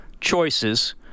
choices